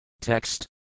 Text